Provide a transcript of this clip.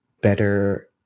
better